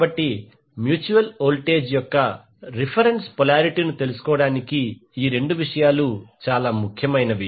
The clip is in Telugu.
కాబట్టి మ్యూచువల్ వోల్టేజ్ యొక్క రిఫరెన్స్ పొలారిటీ ను తెలుసుకోవడానికి ఈ రెండు విషయాలు ముఖ్యమైనవి